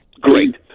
Great